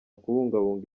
kubungabunga